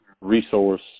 resource